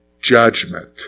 judgment